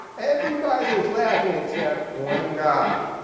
everybody is laughing except one guy.